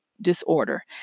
disorder